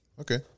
Okay